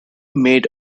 made